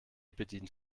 bedient